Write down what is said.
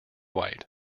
white